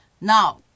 now